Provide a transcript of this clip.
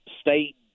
state